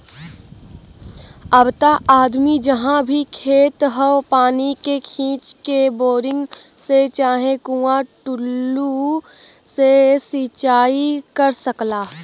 अब त आदमी जहाँ भी खेत हौ पानी के खींच के, बोरिंग से चाहे कुंआ टूल्लू से सिंचाई कर सकला